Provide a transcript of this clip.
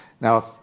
Now